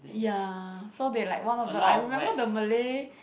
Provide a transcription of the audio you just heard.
ya so they like one of the I remember the Malay